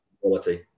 quality